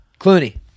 clooney